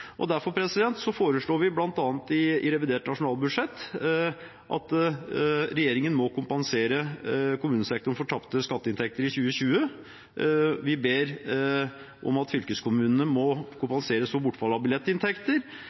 foreslår vi bl.a. i forbindelse med revidert nasjonalbudsjett at regjeringen må kompensere kommunesektoren for tapte skatteinntekter i 2020. Vi ber om at fylkeskommunene må kompenseres for bortfall av billettinntekter,